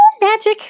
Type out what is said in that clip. magic